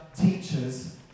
teachers